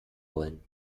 wollen